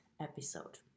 episode